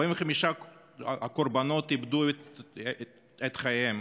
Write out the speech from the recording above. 45 קורבנות איבדו את חייהם.